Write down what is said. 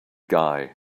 guy